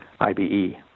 IBE